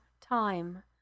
time